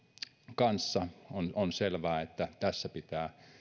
kanssa on on selvää että tässä pitää